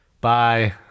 bye